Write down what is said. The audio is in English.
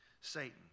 Satan